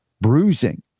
Bruising